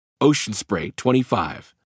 Oceanspray25